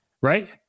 right